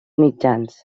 mitjans